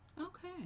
okay